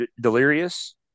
Delirious